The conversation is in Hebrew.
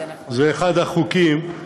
זה אחד החוקים.